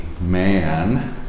man